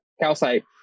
calcite